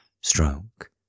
stroke